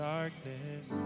darkness